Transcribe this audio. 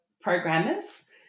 programmers